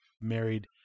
married